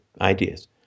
ideas